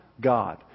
God